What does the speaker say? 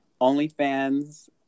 OnlyFans